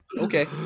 okay